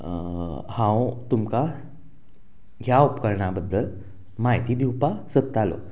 हांव तुमकां ह्या उपकरणा बद्दल म्हायती दिवपाक सोदतालो